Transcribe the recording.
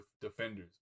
defenders